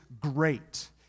great